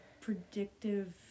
predictive